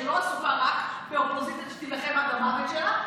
שלא עסוקה רק באופוזיציה שתילחם עד המוות שלה,